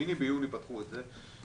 ב-8 ביוני פתחו את זה.